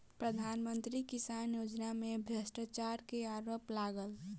प्रधान मंत्री किसान योजना में भ्रष्टाचार के आरोप लागल